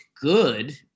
good